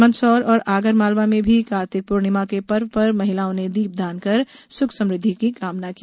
मंदसौर और आगरमालवा में भी कार्तिक पूर्णिमा के पर्व पर महिलाओं ने दीपदान कर सुख समुद्धि की कामना की